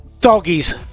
Doggies